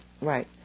right